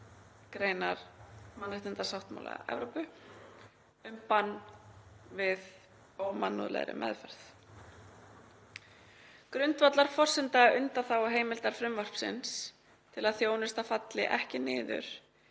gr. mannréttindasáttmála Evrópu um bann við ómannúðlegri meðferð. Grundvallarforsenda undanþáguheimildar frumvarpsins til að þjónusta falli ekki niður